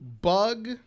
bug